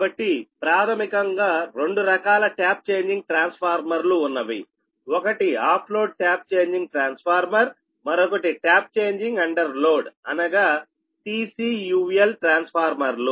కాబట్టి ప్రాథమికంగా రెండు రకాల ట్యాప్ చేంజింగ్ ట్రాన్స్ఫార్మర్లు ఉన్నవి ఒకటి ఆఫ్ లోడ్ ట్యాప్ చేంజింగ్ ట్రాన్స్ఫార్మర్మరొకటి ట్యాప్ చేంజింగ్ అండర్ లోడ్ అనగా TCUL ట్రాన్స్ఫార్మర్లు